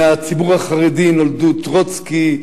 מהציבור החרדי נולדו טרוצקי,